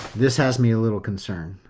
this has me a little concerned.